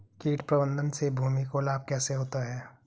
कीट प्रबंधन से भूमि को लाभ कैसे होता है?